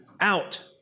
out